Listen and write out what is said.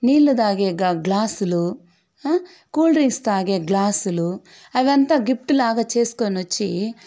నీళ్ల తాగే గ గ్లాసులు కూల్ డ్రింక్స్ తాగే గ్లాసులు అవంతా గిఫ్ట్ లాగా చేసుకొని వచ్చి